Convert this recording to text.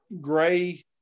gray